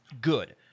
good